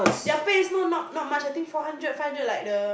yeah pay also also not not much I think four hundred five hundred like the